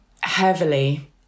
heavily